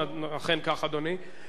אכן כך, אדוני.